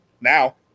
Now